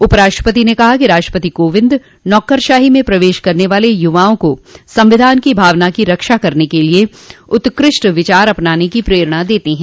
उप राष्ट्रपति ने कहा कि राष्ट्रपति कोविंद नौकरशाही में प्रवेश करने वाले यूवाओं को संविधान की भावना की रक्षा के लिए उत्कृष्ट विचार अपनाने की प्रेरणा देते हैं